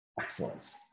excellence